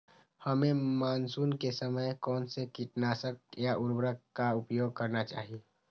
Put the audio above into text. हमें मानसून के समय कौन से किटनाशक या उर्वरक का उपयोग करना चाहिए?